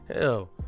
Hell